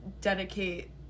dedicate